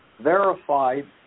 verified